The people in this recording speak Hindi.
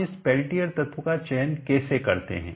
हम इस पेल्टियर तत्व का चयन कैसे करते हैं